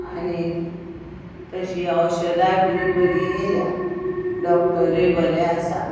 आनी तशी औशधाय बरी बरी येयल्या डॉक्टरूय बरे आसा